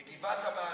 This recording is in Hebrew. מגבעת עמל,